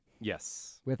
Yes